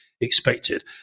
expected